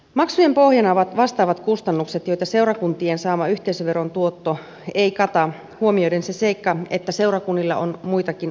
maksujen pohjana ovat vastaavat kustannukset joita seurakuntien saama yhteisöveron tuotto ei kata huomioiden se seikka että seurakunnilla on muitakin lakisääteisiä tehtäviä